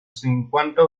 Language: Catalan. cinquanta